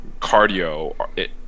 cardio